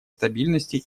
стабильности